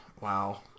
wow